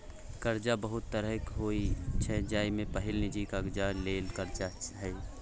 करजा बहुत तरहक होइ छै जाहि मे पहिल निजी काजक लेल करजा छै